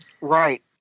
Right